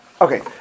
Okay